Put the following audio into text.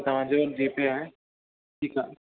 तव्हांजो इहो GPay आहे ठीकु आहे